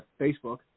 Facebook